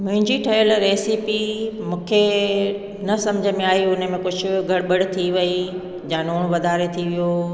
मुंहिंजी ठहियल रेसिपी मूंखे न समुझ में आई उन में कुझु गड़बड़ थी वई जां लूणु वधारे थी वियो